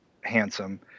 handsome